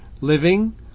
living